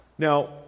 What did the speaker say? Now